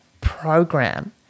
program